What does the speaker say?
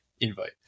invite